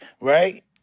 right